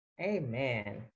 Amen